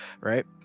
right